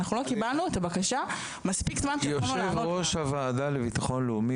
אנחנו לא קיבלנו את הבקשה מספיק זמן כדי שנוכל לענות עליה.